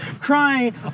crying